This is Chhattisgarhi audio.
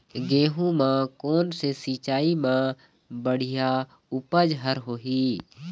गेहूं म कोन से सिचाई म बड़िया उपज हर होही?